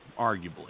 Arguably